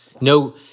No